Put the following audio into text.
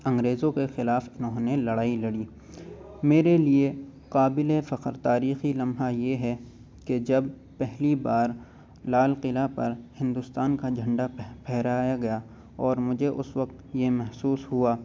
انگریزوں کے خلاف انہوں نے لڑائی لڑی میرے لیے قابل فخر تاریخی لمحہ یہ ہے کہ جب پہلی بار لال قلعہ پر ہندوستان کا جھنڈا پھہرایا گیا اور مجھے اس وقت یہ محسوس ہوا